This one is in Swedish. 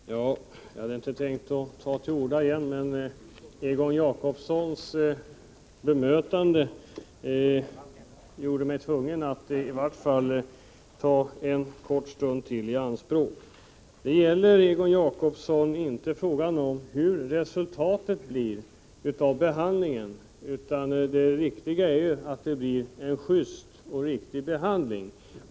Herr talman! Jag hade inte tänkt ta till orda igen, men Egon Jacobssons bemötande gjorde mig tvungen att i varje fall ta en kort stund till i anspråk. Det är, Egon Jacobsson, inte fråga om vilket resultat behandlingen får, utan det viktiga är att det blir en just och riktig behandling.